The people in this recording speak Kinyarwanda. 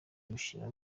bishira